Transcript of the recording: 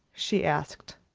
she asked.